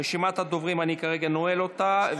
רשימת הדוברים, אני כרגע נועל אותה.